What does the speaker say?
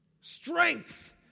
strength